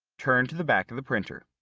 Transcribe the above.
turn to the back of the printer.